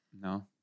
No